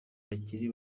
bakiri